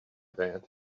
that